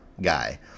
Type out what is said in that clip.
guy